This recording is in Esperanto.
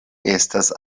estas